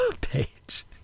page